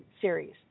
series